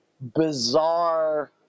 bizarre